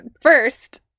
first